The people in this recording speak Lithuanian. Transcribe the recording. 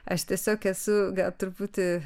aš tiesiog esu gal truputį